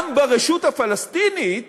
גם ברשות הפלסטינית